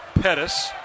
Pettis